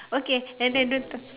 okay and then don't